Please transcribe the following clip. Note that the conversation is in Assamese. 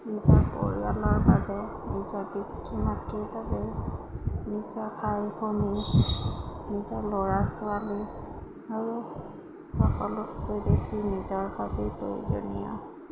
নিজৰ পৰিয়ালৰ বাবে নিজৰ পিতৃ মাতৃৰ বাবে নিজৰ ভাই ভনী নিজৰ ল'ৰা ছোৱালী আৰু সকলোতকৈ বেছি নিজৰ বাবেই প্ৰয়োজনীয়